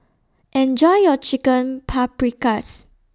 Enjoy your Chicken Paprikas